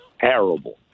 Terrible